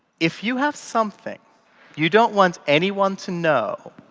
if you have something you don't want anyone to know,